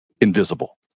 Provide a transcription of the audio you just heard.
invisible